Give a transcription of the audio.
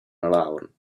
alone